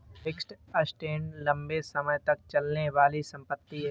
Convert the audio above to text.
fixed assets लंबे समय तक चलने वाली संपत्ति है